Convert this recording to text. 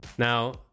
Now